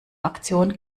aktion